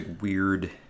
weird